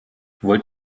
wollt